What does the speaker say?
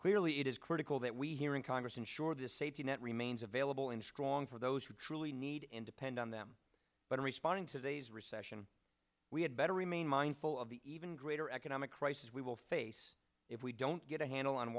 clearly it is critical that we here in congress ensure the safety net remains available in strong for those who truly need and depend on them but in responding to these recession we had better remain mindful of the even greater economic crisis we will face if we don't get a handle on